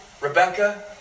Rebecca